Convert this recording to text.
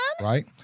Right